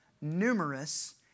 numerous